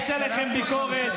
אתם יודעים